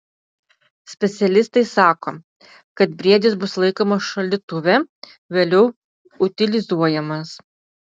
specialistai sako kad briedis bus laikomas šaldytuve vėliau utilizuojamas